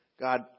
God